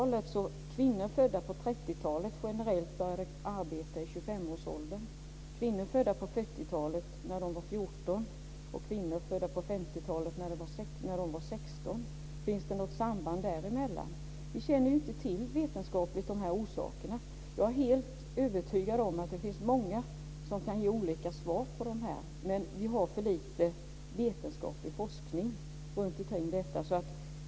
Generellt började kvinnor födda på 30-talet arbeta i 25 årsåldern. Kvinnor födda på 40-talet började arbeta när de var 14, och kvinnor födda på 50-talet började när de var 16. Finns det något samband däremellan? Vi känner ju inte till de vetenskapliga orsakerna. Jag är helt övertygad om att det finns många som kan ge olika svar på de här frågorna. Men vi har för lite vetenskaplig forskning runtomkring detta.